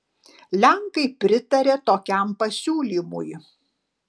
lenkai pritarė tokiam pasiūlymui